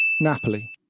Napoli